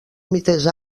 mites